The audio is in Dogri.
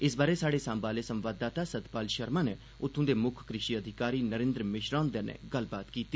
इस बारै स्हाड़े सांबा आह्ले संवाददाता सतपाल शर्मा नै उत्थुं दे मुक्ख कृषि अधिकारी नरेन्द्र मिश्रा हुंदे'नै गल्लबात कीती